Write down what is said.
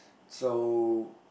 so